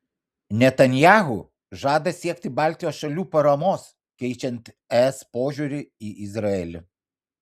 netanyahu žada siekti baltijos šalių paramos keičiant es požiūrį į izraelį